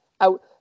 out